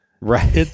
right